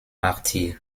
martyr